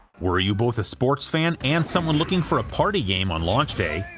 were you both a sports fan and someone looking for a party game on launch day,